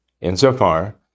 insofar